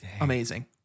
amazing